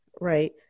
right